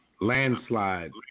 landslide